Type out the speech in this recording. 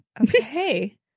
Okay